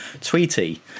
Tweety